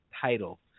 title